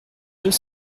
deux